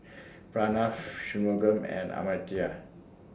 Pranav Shunmugam and Amartya